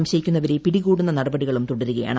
സംശയിക്കുന്നവരെ പിടികൂടുന്ന നട്ടിട്ടികളും തുടരുകയാണ്